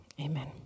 amen